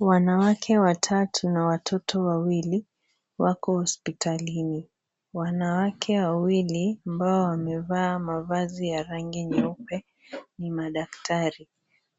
Wanawake watatu na watoto wawili, wako hospitalini. Wanawake wawili ambao wamevaa mavazi ya rangi nyeupe, ni madaktari.